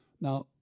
Now